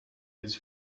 his